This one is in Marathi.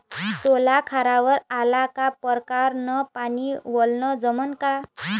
सोला खारावर आला का परकारं न पानी वलनं जमन का?